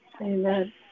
Amen